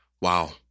Wow